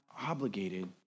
obligated